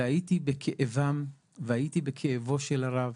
הייתי בכאבם והייתי בכאבו של הרב,